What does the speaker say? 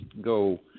go –